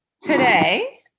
Today